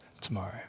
tomorrow